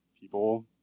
people